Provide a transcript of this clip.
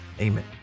Amen